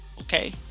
Okay